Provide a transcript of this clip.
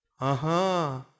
Aha